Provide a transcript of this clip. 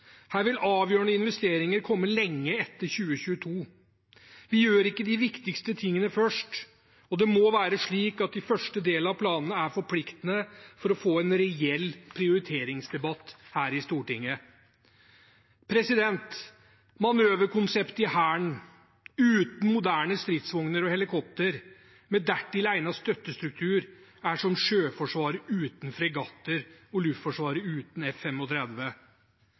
Her vil avgjørende investeringer komme lenge etter 2022. Vi gjør ikke de viktigste tingene først, og det må være slik at de første delene av planene er forpliktende for å få en reell prioriteringsdebatt her i Stortinget. Manøverkonseptet i Hæren uten moderne stridsvogner og helikopter med dertil egnet støttestruktur er som Sjøforsvaret uten fregatter og Luftforsvaret uten F-35. Det er